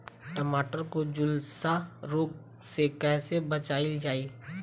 टमाटर को जुलसा रोग से कैसे बचाइल जाइ?